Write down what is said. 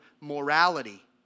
morality